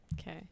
Okay